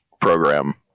program